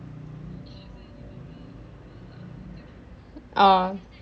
oh